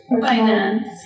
Finance